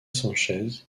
sanchez